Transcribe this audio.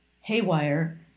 haywire